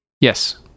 Yes